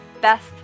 best